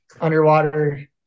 underwater